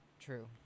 True